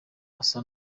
asa